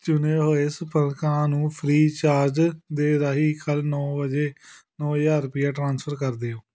ਚੁਣੇ ਹੋਏ ਸੰਪਰਕਾਂ ਨੂੰ ਫ੍ਰੀਚਾਰਜ ਦੇ ਰਾਹੀਂ ਕੱਲ ਨੌਂ ਵਜੇ ਨੌਂ ਹਜ਼ਾਰ ਰੁਪਏ ਟ੍ਰਾਂਸਫਰ ਕਰ ਦਿਓ